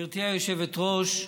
גברתי היושבת-ראש,